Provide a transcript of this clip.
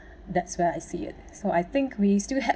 that's where I see it so I think we still have